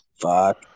Fuck